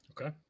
Okay